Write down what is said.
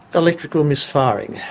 electrical misfiring,